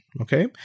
okay